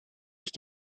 ich